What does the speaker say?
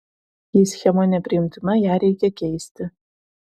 jei schema nepriimtina ją reikia keisti